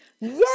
Yes